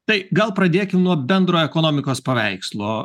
tai gal pradėkim nuo bendro ekonomikos paveikslo